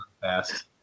fast